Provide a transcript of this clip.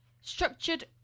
Structured